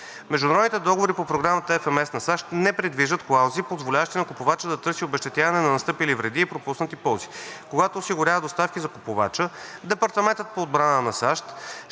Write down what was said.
Междуправителствените договори по Програма FMS на САЩ не предвиждат клаузи, позволяващи на купувача да търси обезщетяване на настъпили вреди и пропуснати ползи. Когато осигурява доставки за купувача, Департаментът по отбрана на САЩ